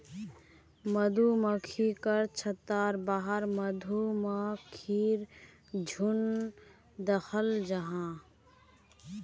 मधुमक्खिर छत्तार बाहर मधुमक्खीर झुण्ड दखाल जाहा